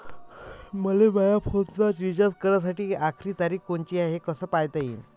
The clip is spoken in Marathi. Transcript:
मले माया फोनचा रिचार्ज कराची आखरी तारीख कोनची हाय, हे कस पायता येईन?